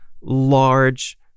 large